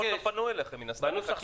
פנו אליכם מן הסתם.